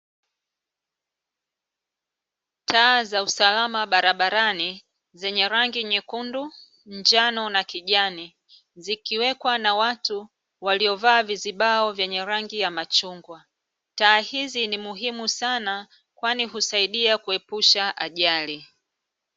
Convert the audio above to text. Taa za usalama barabarani, zenye rangi nyekundu, njano na kijani zikiwekwa na watu waliovaa vizibao vyenye rangi ya machungwa. Taa hizi ni muhimu sana kwani husaidia kuepusha ajali.